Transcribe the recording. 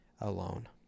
alone